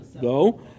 go